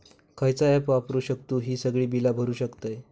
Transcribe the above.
खयचा ऍप वापरू शकतू ही सगळी बीला भरु शकतय?